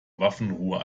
waffenruhe